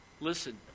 Listen